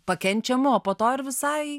pakenčiamu o po to ir visai